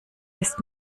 ist